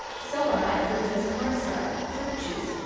so are high-fructose corn syrup, fruit juice,